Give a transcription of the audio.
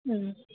అ